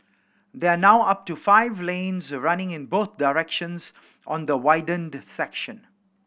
there are now up to five lanes running in both directions on the widened section